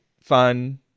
fun